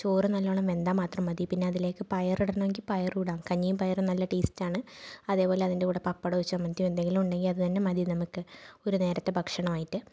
ചോറ് നല്ലവണ്ണം വെന്താല് മാത്രം മതി പിന്നെ അതിലേക്കു പയര് ഇടണമെങ്കില് പയറും ഇടാം കഞ്ഞിയും പയറും നല്ല ടേസ്റ്റാണ് അതേപോലെ അതിന്റെ കൂടെ പപ്പടമോ ചമ്മന്തിയോ എന്തെങ്കിലും ഉണ്ടെങ്കില് അത് തന്നെ മതി നമുക്ക് ഒരു നേരത്തെ ഭക്ഷണമായിട്ട്